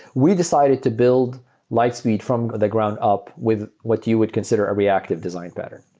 we decided to build lightspeed from the ground-up with what you would consider a reactive design pattern.